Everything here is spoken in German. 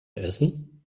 essen